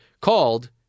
called